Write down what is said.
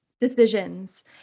decisions